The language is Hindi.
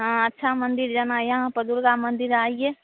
हाँ अच्छा मन्दिर जाना है यहाँ पर दुर्गा मन्दिर है आइए